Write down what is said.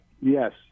Yes